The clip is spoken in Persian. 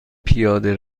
پیاده